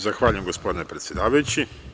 Zahvaljujem gospodine predsedavajući.